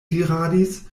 diradis